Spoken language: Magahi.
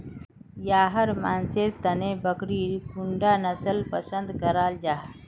याहर मानसेर तने बकरीर कुंडा नसल पसंद कराल जाहा?